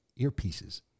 earpieces